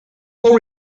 pull